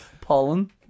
pollen